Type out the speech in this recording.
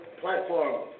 platform